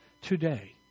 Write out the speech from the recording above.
today